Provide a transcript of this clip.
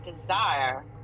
desire